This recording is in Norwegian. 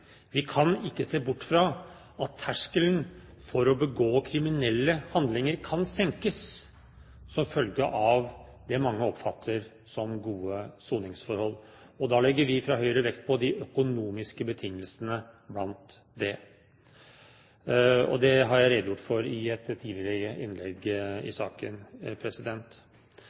vi kan ikke se bort fra at terskelen for å begå kriminelle handlinger kan senkes som følge av det mange oppfatter som gode soningsforhold, og da legger vi fra Høyre vekt på bl.a. de økonomiske betingelsene. Det har jeg redegjort for i et tidligere innlegg i saken.